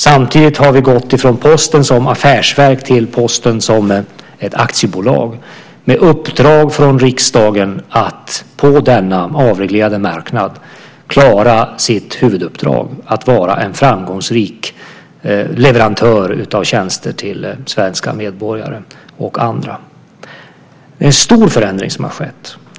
Samtidigt har vi gått från Posten som ett affärsverk till Posten som ett aktiebolag med uppdraget från riksdagen att på denna avreglerade marknad klara sitt huvuduppdrag: att vara en framgångsrik leverantör av tjänster till svenska medborgare och andra. Det är en stor förändring som har skett.